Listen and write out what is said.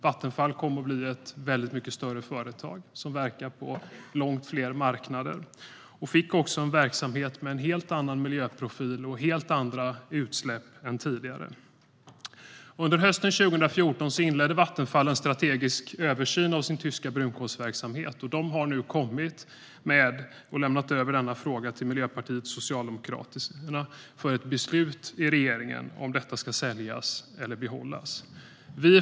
Vattenfall har kommit att bli ett mycket större företag som verkar på långt fler marknader. Verksamheten har också fått en helt annan miljöprofil och helt andra utsläpp än tidigare. Under hösten 2014 inledde Vattenfall en strategisk översyn av sin tyska brunkolsverksamhet. Man har nu lämnat över denna fråga till Miljöpartiet och Socialdemokraterna för ett beslut i regeringen om verksamheten ska säljas eller behållas.